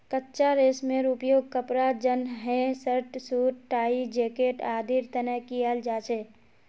कच्चा रेशमेर उपयोग कपड़ा जंनहे शर्ट, सूट, टाई, जैकेट आदिर तने कियाल जा छे